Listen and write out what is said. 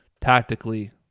Tactically